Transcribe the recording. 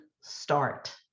start